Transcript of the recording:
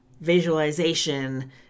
visualization